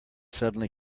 suddenly